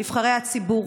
נבחרי הציבור,